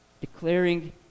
declaring